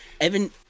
Evan